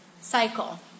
cycle